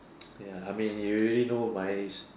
ya I mean you already know my